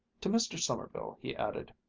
to mr. sommerville he added,